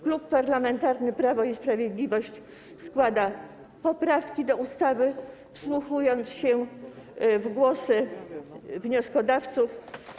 Klub Parlamentarny Prawo i Sprawiedliwość składa poprawki do ustawy, wsłuchując się w głosy wnioskodawców.